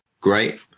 Great